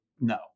no